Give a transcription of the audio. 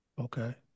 Okay